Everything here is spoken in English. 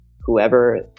whoever